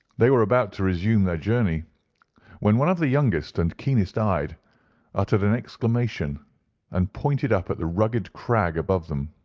they were about to resume their journey when one of the youngest and keenest-eyed uttered an exclamation and pointed up at the rugged crag above them.